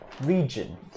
region